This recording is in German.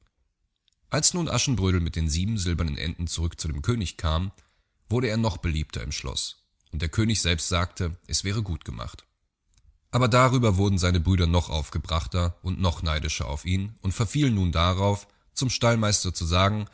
als nun aschenbrödel mit den sieben silbernen enten zurück zu dem könig kam wurde er noch beliebter im schloß und der könig selbst sagte es wäre gut gemacht aber darüber wurden seine brüder noch aufgebrachter und noch neidischer auf ihn und verfielen nun darauf zum stallmeister zu sagen